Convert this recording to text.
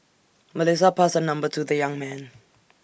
Melissa passed her number to the young man